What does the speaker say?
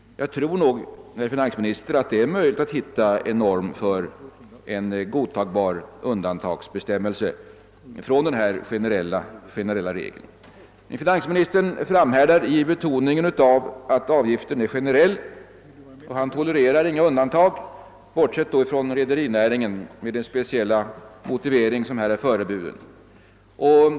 Jag tror sålunda, herr finansminister, att det är möjligt att hitta en norm för godtagbara undantagsbestämmelser från den generella regeln. Finansministern framhärdar med att betona att denna avgift är generell, och han tolererar inga undantag — bortsett från rederinäringen, med den speciella motivering som här är föreburen.